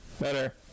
Better